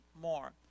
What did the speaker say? more